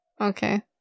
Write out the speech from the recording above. Okay